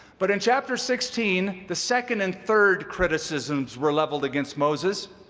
but in chapter sixteen, the second and third criticisms were leveled against moses.